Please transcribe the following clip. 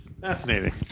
Fascinating